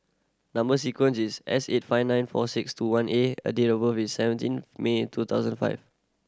number sequence is S eight five nine four six two one A a date of birth is seventeen May two thousand five